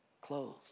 clothes